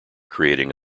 creating